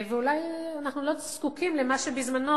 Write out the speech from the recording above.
ואולי אנחנו לא זקוקים למה שבזמנו